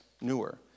newer